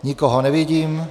Nikoho nevidím.